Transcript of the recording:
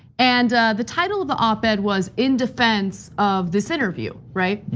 and the title of the op ed was in defense of this interview, right?